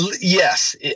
Yes